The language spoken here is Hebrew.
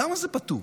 למה זה פטור?